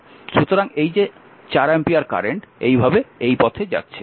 সুতরাং এই যে 4 অ্যাম্পিয়ার কারেন্ট এই ভাবে এই পথে যাচ্ছে